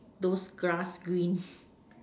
those grass green